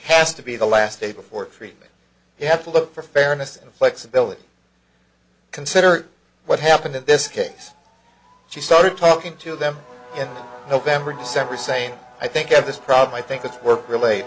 has to be the last day before treatment you have to look for fairness and flexibility consider what happened in this case she started talking to them in november december saying i think i have this problem i think it's work relate